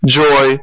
joy